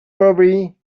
worry